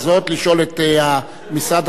לשאול את משרד החינוך,